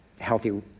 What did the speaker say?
healthy